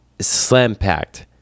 slam-packed